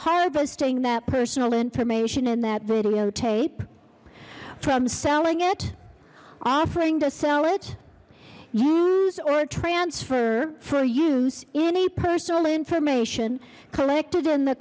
harvesting that personal information in that videotape from selling it offering to sell it use or transfer for use any personal information collected in the